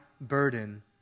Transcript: burden